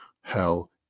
hell